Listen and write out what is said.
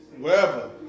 wherever